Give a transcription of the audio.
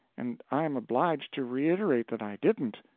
and i am obliged to reiterate that i didn't.